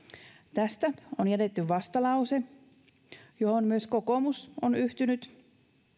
tästä on jätetty vastalause johon myös kokoomus on yhtynyt